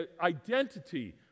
identity